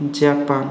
Japan